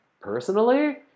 Personally